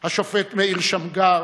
השופט מאיר שמגר,